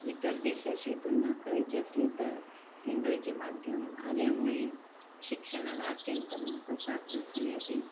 इतर देशाशी तुलना करायची असली तर इंग्रजी माध्यम आल्यामुळे शिक्षणाला अत्यंत महत्त्व प्राप्त झाले आहे